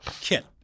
kit